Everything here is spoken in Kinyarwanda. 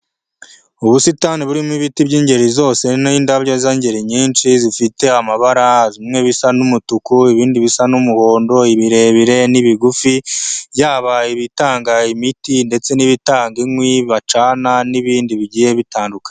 Ubusitani burimo ibiti by'ingeri zose n' indabyo z'ingeri nyinshi, zifite amabara bimwe bisa n'umutuku, ibindi bisa n'umuhondo, ibirebire n'ibigufi, yaba ibitanga imiti ndetse n'ibitanga inkwi bacana n'ibindi bigiye bitandukanye.